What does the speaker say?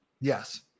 Yes